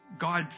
God